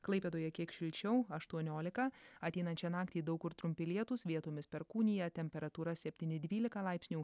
klaipėdoje kiek šilčiau aštuoniolika ateinančią naktį daug kur trumpi lietūs vietomis perkūnija temperatūra septyni dvylika laipsnių